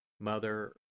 Mother